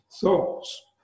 thoughts